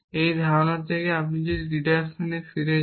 এই ধারা থেকে আপনি যদি ডিডাকশনে ফিরে যান